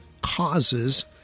causes